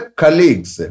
colleagues